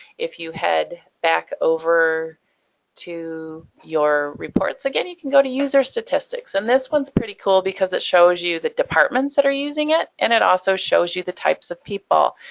if you head back over to your reports again you can go to user statistics. and this one's pretty cool because it shows you the departments that are using it, and it also shows you the types of people.